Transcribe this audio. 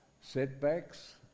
Setbacks